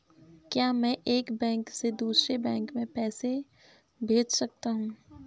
क्या मैं एक बैंक से दूसरे बैंक में पैसे भेज सकता हूँ?